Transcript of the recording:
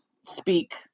speak